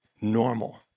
normal